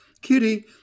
Kitty